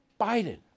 Biden